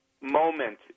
moment